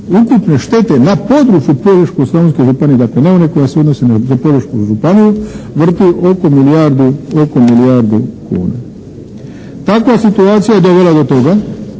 ukupne štete na području Požeško-slavonske županije, dakle ne one koja se odnosi na Požešku županiju vrti oko milijardu kuna. Takva situacija je dovela do toga